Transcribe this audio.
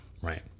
right